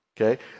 Okay